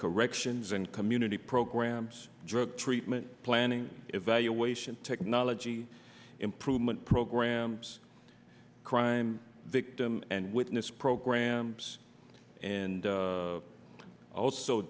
corrections and community programs drug treatment planning evaluation technology improvement programs crime victim and witness programs and also